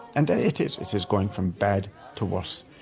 and it it is going from bad to worse.